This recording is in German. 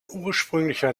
ursprünglicher